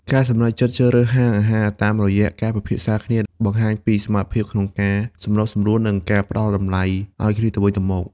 ការសម្រេចចិត្តជ្រើសរើសហាងអាហារតាមរយៈការពិភាក្សាគ្នា បង្ហាញពីសមត្ថភាពក្នុងការសម្របសម្រួល និងការផ្ដល់តម្លៃឱ្យគ្នាទៅវិញទៅមក។